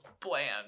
bland